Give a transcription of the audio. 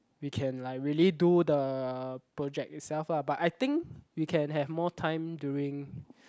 we can like really do the project itself lah but I think we can have more time during